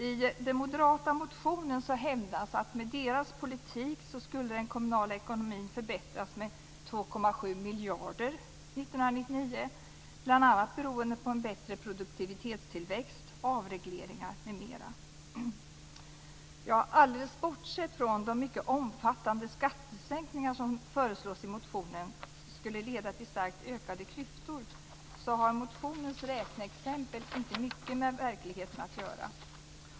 I den moderata motionen hävdar man att med deras politik skulle den kommunala ekonomin förbättras med 2,7 miljarder 1999, bl.a. beroende på bättre produktivitetstillväxt och avregleringar. Alldeles bortsett från att de mycket omfattande skattesänkningar som föreslås i motionen skulle leda till starkt ökade klyftor så har motionens räkneexempel inte mycket med verkligheten att göra.